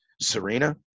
Serena